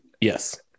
Yes